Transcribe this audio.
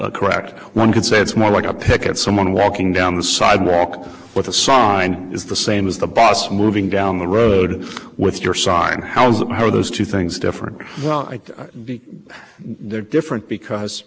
not correct one could say it's more like a picket someone walking down the sidewalk with a sign is the same as the boss moving down the road with your sign how is that how those two things different they're different because